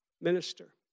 minister